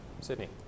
Sydney